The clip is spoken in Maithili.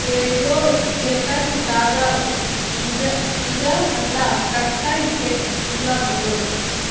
एगो खेतक ताजा उजर अंडा कखन उपलब्ध होयत